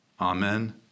Amen